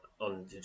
on